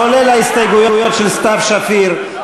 כולל ההסתייגויות של סתיו שפיר,